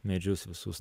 medžius visus